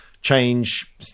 change